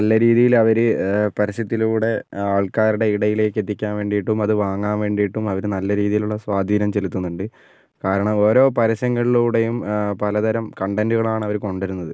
നല്ല രീതിയിലവര് പരസ്യത്തിലൂടെ ആൾക്കാരുടെ ഇടയിലേക്ക് എത്തിക്കാൻ വേണ്ടിയിട്ടും അത് വാങ്ങാൻ വേണ്ടിയിട്ടും അവര് നല്ല രീതിയിലുള്ള സ്വാധീനം ചെലുത്തുന്നുണ്ട് കാരണം ഓരോ പരസ്യങ്ങളിലൂടെയും പല തരം കണ്ടൻറ്റുകളാണവര് കൊണ്ടുവരുന്നത്